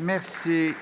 La parole